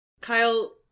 Kyle